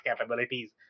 capabilities